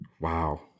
Wow